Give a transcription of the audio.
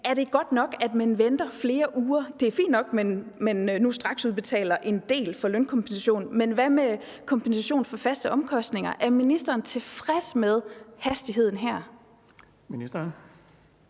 Er det godt nok, at man venter flere uger? Det er fint nok, at man nu straksudbetaler en del af lønkompensationen, men hvad med kompensationen for faste omkostninger? Er ministeren tilfreds med hastigheden her?